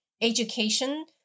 education